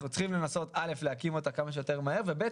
אנחנו צריכים לנסות להקים אותה כמה שיותר מהר ודבר